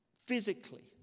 Physically